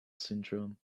syndrome